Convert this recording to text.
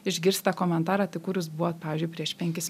išgirsta komentarą tai kur jūs buvot pavyzdžiui prieš penkis